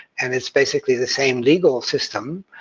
and it's basically the same legal system,